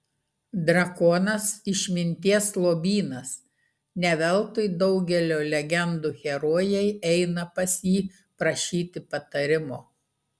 drakonas išminties lobynas ne veltui daugelio legendų herojai eina pas jį prašyti patarimo